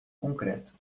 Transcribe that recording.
concreto